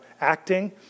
acting